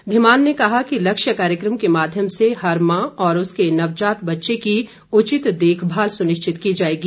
धीमान ने कहा कि लक्ष्य कार्यक्रम के माध्यम से हर माँ और उसके नवजात बच्चे की उचित देखभाल सुनिश्चित की जाएगी